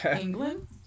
England